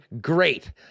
great